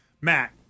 Matt